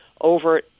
over